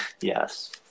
Yes